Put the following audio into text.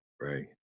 right